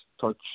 Touch